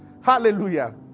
hallelujah